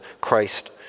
Christ